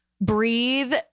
breathe